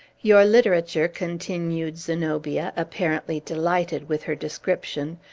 your literature, continued zenobia, apparently delighted with her description,